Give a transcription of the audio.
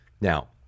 now